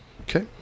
Okay